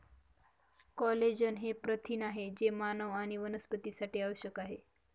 collagen हे प्रथिन आहे जे मानव आणि वनस्पतींसाठी आवश्यक आहे